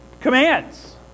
commands